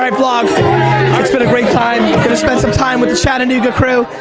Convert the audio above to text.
um vlog, it's been a great time. gonna spend some time with the chattanooga crew.